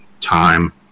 time